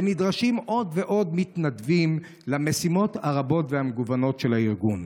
ונדרשים עוד ועוד מתנדבים למשימות הרבות והמגוונות של הארגון.